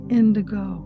indigo